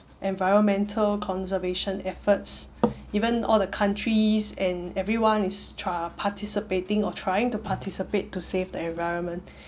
environmental conservation efforts even all the countries and everyone is try~ participating or trying to participate to save the environment